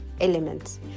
elements